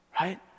right